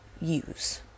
use